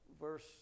verse